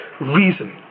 reason